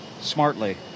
smartly